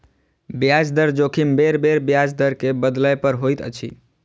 ब्याज दर जोखिम बेरबेर ब्याज दर के बदलै पर होइत अछि